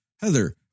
Heather